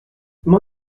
mon